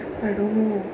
I don't know